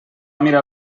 mirar